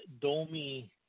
Domi